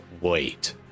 wait